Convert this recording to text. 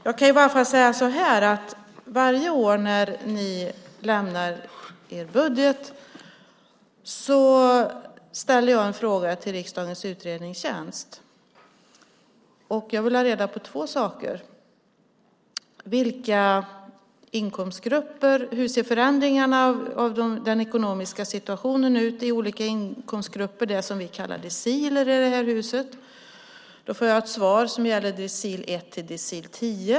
Jag kan i alla fall säga att varje år när ni lämnar er budget ställer jag en fråga till riksdagens utredningstjänst. Jag vill ha reda på två saker. Hur ser förändringarna i den ekonomiska situationen ut i olika inkomstgrupper, det som vi kallar deciler i det här huset? Då får jag ett svar som gäller decil 1 till decil 10.